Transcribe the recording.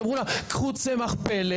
אמרו לה: קחו צמח פלא.